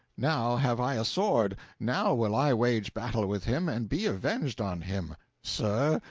now have i a sword, now will i wage battle with him, and be avenged on him. sir,